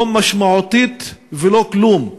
לא משמעותית ולא כלום,